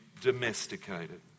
domesticated